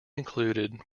included